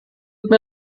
mir